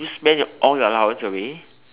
you just spend all your allowance away